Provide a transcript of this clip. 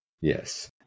Yes